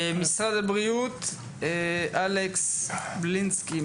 אלכס בלינסקי,